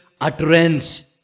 utterance